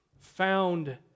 found